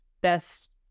best